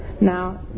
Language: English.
now